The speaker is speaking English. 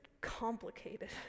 complicated